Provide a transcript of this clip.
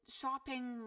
shopping